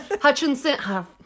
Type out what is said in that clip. Hutchinson